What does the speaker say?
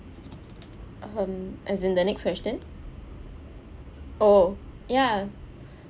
um as in the next question oh ya